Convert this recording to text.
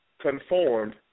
conformed